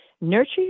nurture